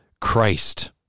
christ